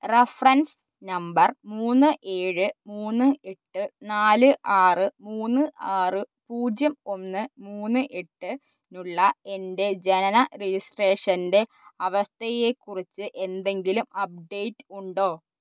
reference number മൂന്ന് ഏഴ് മൂന്ന് എട്ട് നാല് ആറ് മൂന്ന് ആറ് പൂജ്യം ഒന്ന് മൂന്ന് എട്ട് നുള്ള എൻ്റെ ജനന രജിസ്ട്രേഷൻ്റെ അവസ്ഥയെ കുറിച്ചു എന്തെങ്കിലും അപ്ഡേറ്റ് ഉണ്ടോ